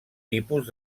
tipus